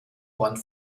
want